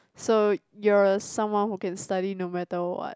so you are someone who can study no matter what